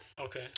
okay